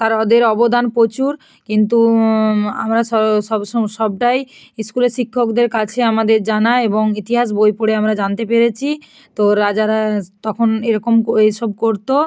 তারাদের অবদান প্রচুর কিন্তু আমরা সবটাই স্কুলে শিক্ষকদের কাছে আমাদের জানা এবং ইতিহাস বই পড়ে আমরা জানতে পেরেছি তো রাজারা তখন এরকম কো এই সব করতো